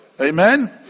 Amen